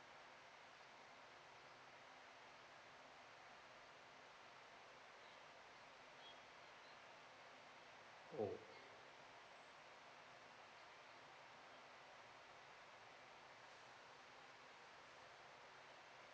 oh